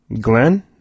Glenn